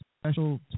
special